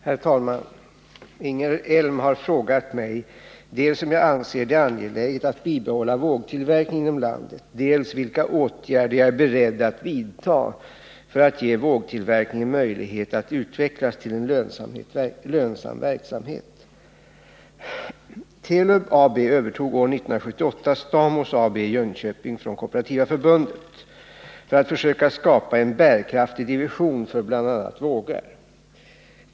Herr talman! Ingegerd Elm har frågat mig dels om jag anser det angeläget att bibehålla vågtillverkningen inom landet, dels vilka åtgärder jag är beredd att vidta för att ge vågtillverkningen möjlighet att utvecklas till en lönsam verksamhet. Telub AB övertog år 1978 Stathmos AB i Jönköping från Kooperativa förbundet för att försöka skapa en bärkraftig division för bl.a. vågar.